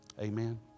Amen